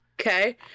Okay